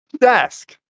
desk